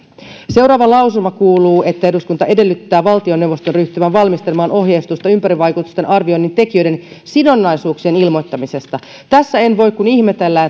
seuraava lausuma kuuluu että eduskunta edellyttää valtioneuvoston ryhtyvän valmistelemaan ohjeistusta ympäristövaikutusten arvioinnin tekijöiden sidonnaisuuksien ilmoittamisesta tässä en voi kuin ihmetellä